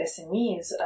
SMEs